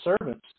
servants